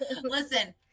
listen